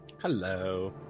Hello